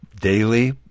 Daily